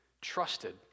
trusted